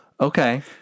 Okay